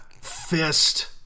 fist